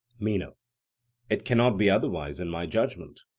meno it cannot be otherwise, in my judgment.